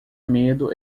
medo